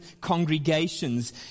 congregations